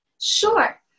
Sure